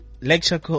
Lecture